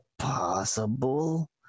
possible